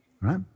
right